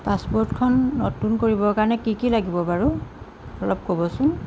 পাছপৰ্টখন নতুন কৰিবৰ কাৰণে কি কি লাগিব বাৰু অলপ ক'বচোন